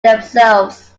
themselves